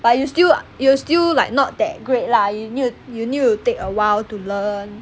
but you still err you still like not that great lah you nee~ to you need to take a while to learn